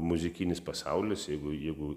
muzikinis pasaulis jeigu jeigu